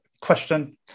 question